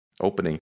opening